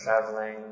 traveling